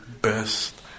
best